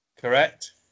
Correct